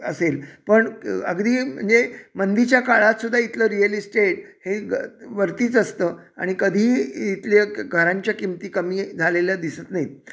असेल पण क अगदी म्हणजे मंदीच्या काळातसुद्धा इथलं रियल इस्टेट हे वरतीच असतं आणि कधीही इथल्या घरांच्या किमती कमी झालेल्या दिसत नाहीत